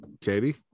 Katie